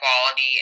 quality